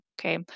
okay